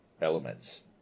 Elements